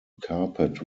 carpet